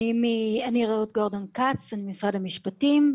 אני ממשרד המשפטים,